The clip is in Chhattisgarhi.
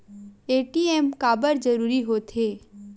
ए.टी.एम काबर जरूरी हो थे?